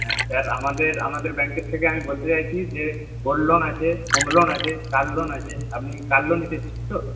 হ্যাঁ স্যার আমাদের আমাদের ব্যাংকের থেকে আমি বলতে চাইছি যে গোল্ড লোন আছে হোম লোন আছে কার লোন আছে আপনি কার লোন নিতে ইচ্ছুক তো